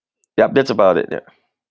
yup that's about it yeah